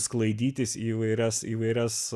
sklaidytis į įvairias įvairias